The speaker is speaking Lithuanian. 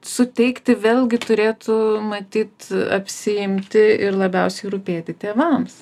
suteikti vėlgi turėtų matyt apsiimti ir labiausiai rūpėti tėvams